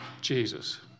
Jesus